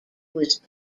was